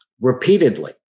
repeatedly